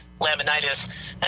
laminitis